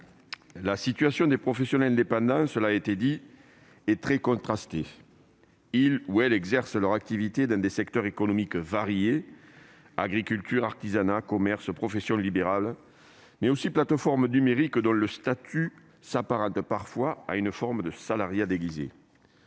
la situation des professionnels indépendants- cela a été dit -est très contrastée. Ils ou elles exercent leurs activités dans des secteurs économiques variés : agriculture, artisanat, commerce, professions libérales, mais aussi plateformes numériques, le statut de travailleur indépendant